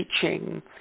teaching